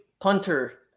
punter